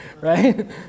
right